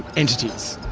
entities.